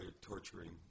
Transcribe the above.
torturing